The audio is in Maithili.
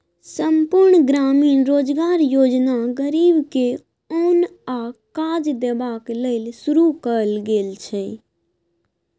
संपुर्ण ग्रामीण रोजगार योजना गरीब के ओन आ काज देबाक लेल शुरू कएल गेल छै